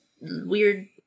weird